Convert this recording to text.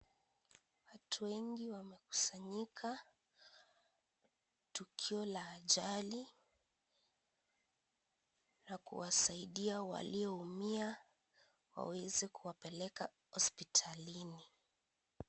Watu wengi wamekusanyika tukio la ajali na kuwasaidia walioumia waweze kuwapeleka hospitalini.